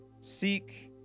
Seek